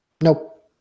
nope